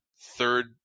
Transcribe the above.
third